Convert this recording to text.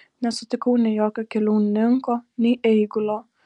nesutikau nei jokio keliauninko nei eigulio